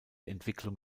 entwicklung